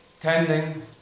Tending